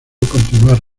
continuar